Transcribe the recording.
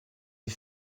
est